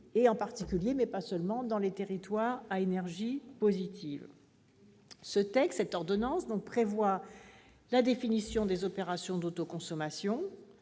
en particulier, mais pas seulement, sur les territoires à énergie positive. Cette ordonnance prévoit la définition des opérations d'autoconsommation,